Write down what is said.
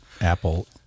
Apple